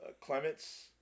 Clements